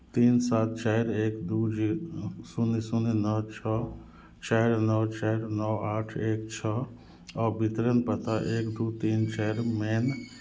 तीन सात चारि एक दू जीरो शून्य शून्य नओ छओ चारि नओ चारि नओ आठ एक छओ आ वितरण पता एक दू तीन चारि मेन